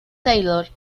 taylor